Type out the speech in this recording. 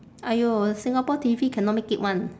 !aiyo! singapore T_V cannot make it one